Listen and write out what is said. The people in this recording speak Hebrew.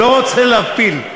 לא רוצה להפיל.